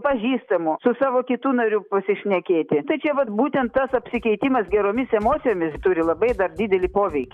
pažįstamu su savo kitu nariu pasišnekėti tai čia vat būtent tas apsikeitimas geromis emocijomis turi labai dar didelį poveikį